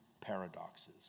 paradoxes